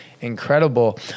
incredible